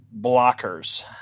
blockers